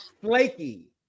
Flaky